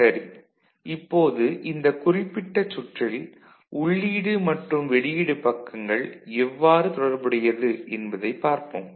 சரி இப்போது இந்த குறிப்பிட்ட சுற்றில் உள்ளீடு மற்றும் வெளியீடு பக்கங்கள் எவ்வாறு தொடர்புடையது என்பதைப் பார்ப்போம்